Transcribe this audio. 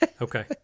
Okay